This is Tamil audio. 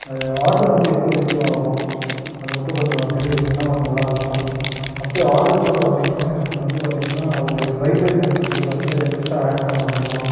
ஆர்ட்ரு வந்து எப்போ ரிசீவ் ஆகும் அது மட்டும் கொஞ்சம் தெரிவிச்சீங்கனால் கொஞ்சம் நல்லாயிருக்கும் அப்படியே ஆர்டர் கூட பார்த்தீங்கனா எனக்கு வந்து பார்த்தீங்கனா ஒரு ஃப்ரைட் ரைஸ் என்ன ஒன்று வந்து எக்ஸ்டரா ஆட் பண்ண முடியுமா